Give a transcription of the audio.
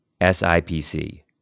SIPC